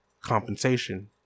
compensation